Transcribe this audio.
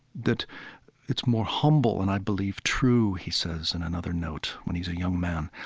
that it's more humble and i believe true, he says in another note when he's a young man,